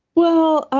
well, ah